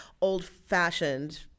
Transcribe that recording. old-fashioned